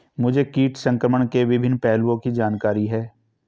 मुझे कीट संक्रमण के विभिन्न पहलुओं की जानकारी है